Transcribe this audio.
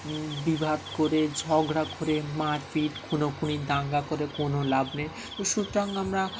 বিভাদ করে ঝগড়া করে মারপিট খুনোখুনি দাঙ্গা করে কোনো লাভ নেই তো সুতরাং আমরা